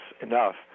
enough